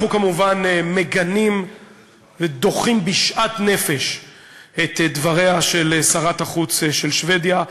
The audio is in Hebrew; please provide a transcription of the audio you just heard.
אנחנו כמובן מגנים ודוחים בשאט-נפש את דבריה של שרת החוץ של שבדיה.